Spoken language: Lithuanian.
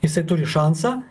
jisai turi šansą